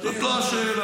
זאת לא השאלה.